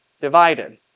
divided